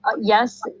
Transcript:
yes